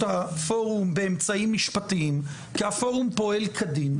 הפורום באמצעים משפטיים כי הפורום פועל כדין.